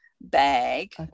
bag